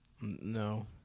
No